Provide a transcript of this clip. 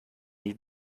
nie